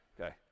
Okay